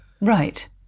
Right